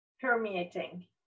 permeating